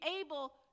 able